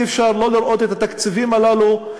אי-אפשר לא לראות את התקציבים הללו,